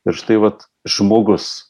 ir štai vat žmogus